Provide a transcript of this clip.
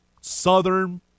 Southern